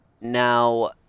Now